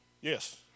Yes